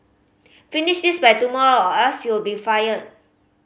finish this by tomorrow or else you'll be fired